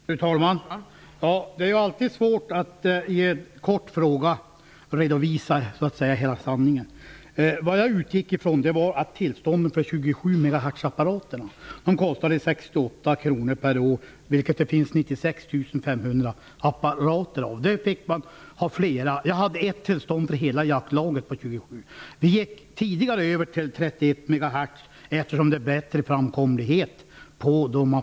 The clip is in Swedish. Fru talman! Det är alltid svårt att i en kort fråga redovisa hela sanningen. Jag utgick från att tillstånden avseende apparaterna för 27 MHz kostade 68 kr per år, och det finns 96 500 sådana apparater. Man fick dessutom ha flera apparater på samma tillstånd. Jag hade ett tillstånd för hela jaktlaget avseende denna frekvens. Vi gick tidigare över till apparater för 31 MHz eftersom det är bättre framkomlighet med dessa.